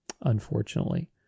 unfortunately